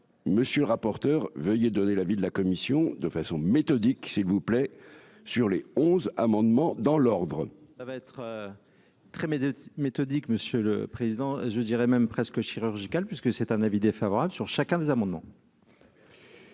Monsieur le rapporteur, veuillez donner l'avis de la commission de façon méthodique, s'il vous plaît, sur les 11 amendement dans l'ordre. ça va être très mais méthodique, monsieur le Président, je dirais même presque chirurgicale puisque c'est un avis défavorable sur chacun des amendements.